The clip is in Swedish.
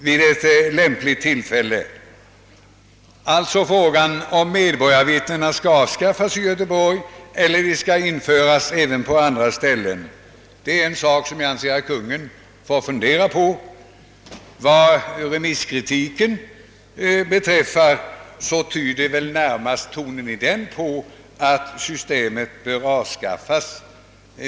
Kungl. Maj:t får fundera på om medborgarvittnena skall avskaffas i Göteborg eiler om man skall införa sådana vittnen även på andra ställen. Vad remisskritiken beträffar tyder väl tonen i den närmast på att systemet bör avskaffas.